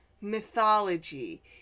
mythology